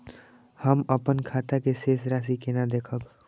हम अपन खाता के शेष राशि केना देखब?